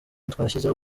twashyizeho